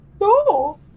No